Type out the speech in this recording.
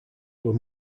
were